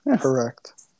correct